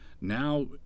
Now